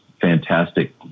fantastic